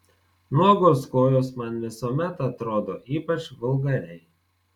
nuogos kojos man visuomet atrodo ypač vulgariai